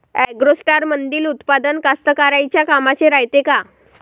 ॲग्रोस्टारमंदील उत्पादन कास्तकाराइच्या कामाचे रायते का?